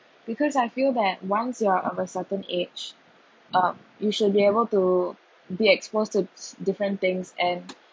because I feel that once you are of a certain age uh you should be able to be exposed to s~ different things and